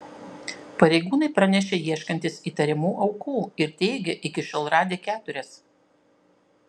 pareigūnai pranešė ieškantys įtariamų aukų ir teigė iki šiol radę keturias